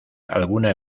alguna